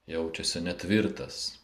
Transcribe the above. jaučiasi netvirtas